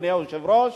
אדוני היושב-ראש,